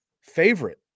favorite